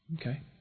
Okay